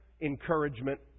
encouragement